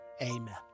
Amen